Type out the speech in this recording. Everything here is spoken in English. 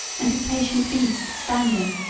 and his patient beast standing,